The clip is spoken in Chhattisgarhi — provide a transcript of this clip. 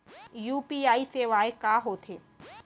यू.पी.आई सेवाएं का होथे?